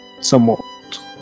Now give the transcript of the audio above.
somewhat